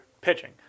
pitching